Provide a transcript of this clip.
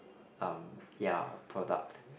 um ya product